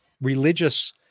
religious